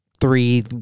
three